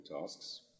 tasks